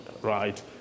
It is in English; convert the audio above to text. Right